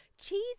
cheese